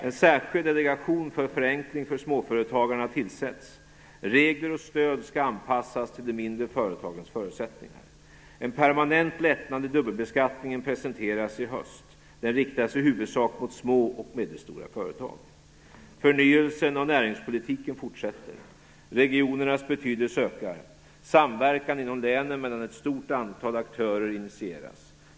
En särskild delegation för förenkling för småföretagarna tillsätts. Regler och stöd skall anpassas till de mindre företagens förutsättningar. En permanent lättnad i dubbelbeskattningen presenteras i höst. Den riktas i huvudsak mot små och medelstora företag. Förnyelsen av näringspolitiken fortsätter. Regionernas betydelse ökar. Samverkan inom länen mellan ett stort antal aktörer initieras.